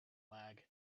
lag